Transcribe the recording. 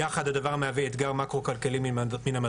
יחד הדבר מהווה אתגר מקרו כלכלי ממדרגה